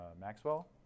Maxwell